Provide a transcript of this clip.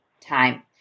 time